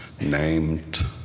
named